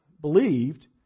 believed